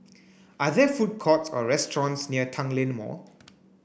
are there food courts or restaurants near Tanglin Mall